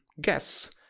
guess